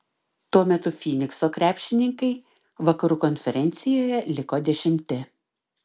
tuo metu fynikso krepšininkai vakarų konferencijoje liko dešimti